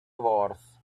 worse